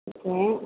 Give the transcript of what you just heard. okay